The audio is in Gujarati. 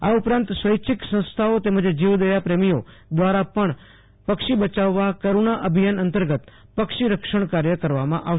આ ઉપરાંત સ્વૈચ્છિક સંસ્થાઓએ તેમજ જીવદયા પ્રેમીઓ દ્રારા પણ પક્ષી બયાવવા કરૂણા અભિયાન અંતર્ગત પક્ષી રક્ષણ કાર્ય કરવામાં આવશે